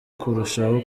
kurushaho